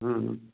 हम्म हम्म